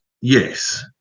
Yes